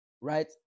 right